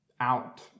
out